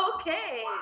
Okay